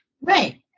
Right